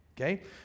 Okay